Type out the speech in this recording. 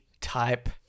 type